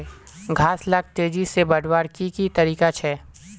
घास लाक तेजी से बढ़वार की की तरीका छे?